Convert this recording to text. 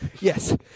yes